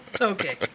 Okay